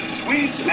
sweet